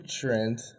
Trent